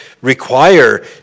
require